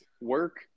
work